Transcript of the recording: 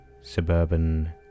suburban